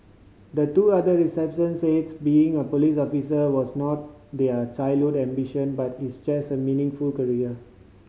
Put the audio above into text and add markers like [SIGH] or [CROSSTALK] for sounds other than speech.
the two other recipients said being a police officer was not their childhood ambition but it's [UNINTELLIGIBLE] meaningful career